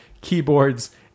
keyboards